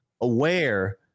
aware